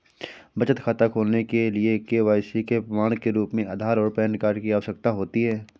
बचत खाता खोलने के लिए के.वाई.सी के प्रमाण के रूप में आधार और पैन कार्ड की आवश्यकता होती है